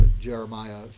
Jeremiah